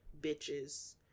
bitches